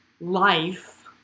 life